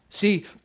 See